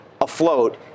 afloat